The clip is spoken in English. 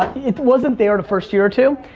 it wasn't there the first year or two,